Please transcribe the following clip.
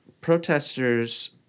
protesters